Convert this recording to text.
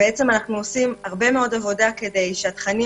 אנחנו עושים הרבה מאד עבודה כדי שהתכנים